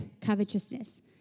covetousness